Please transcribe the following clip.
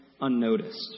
unnoticed